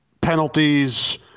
penalties